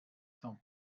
são